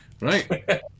Right